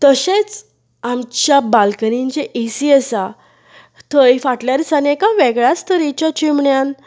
तशेंच आमच्या बाल्कनींत जे एसी आसा थंय फाटल्या दिसांनी एका वेगळ्याच तरेच्या चिमणेन